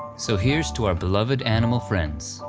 so here's to our beloved animal friends.